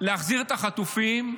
להחזיר את החטופים,